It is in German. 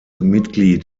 mitglied